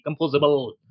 composable